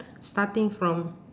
starting from